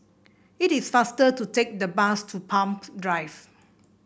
it is faster to take the bus to Palm Drive